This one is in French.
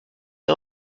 est